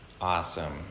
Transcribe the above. Awesome